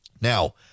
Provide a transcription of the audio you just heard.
Now